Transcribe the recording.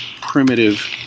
primitive